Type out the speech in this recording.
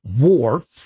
war